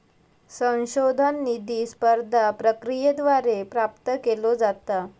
संशोधन निधी स्पर्धा प्रक्रियेद्वारे प्राप्त केलो जाता